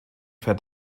fährt